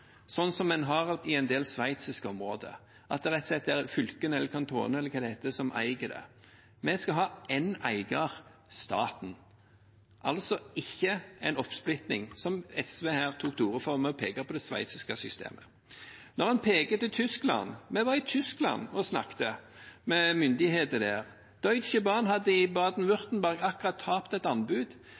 sånn som det er i en del sveitsiske områder, at det rett og slett er fylkene eller kantonene, eller hva det heter, som eier dem. Vi skal ha én eier, staten – ikke en oppsplitting, som SV tok til orde for ved å peke på det sveitsiske systemet. Når en peker på Tyskland: Vi var i Tyskland og snakket med myndigheter der. Deutsche Bahn hadde i Baden-Württemberg akkurat tapt et anbud,